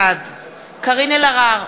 בעד קארין אלהרר,